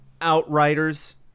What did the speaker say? Outriders